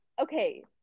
okay